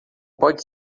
pode